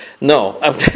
No